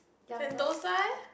Sentosa leh